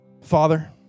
Father